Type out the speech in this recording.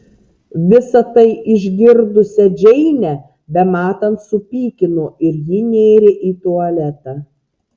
visa tai išgirdusią džeinę bematant supykino ir ji nėrė į tualetą